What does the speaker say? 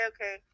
okay